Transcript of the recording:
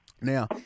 Now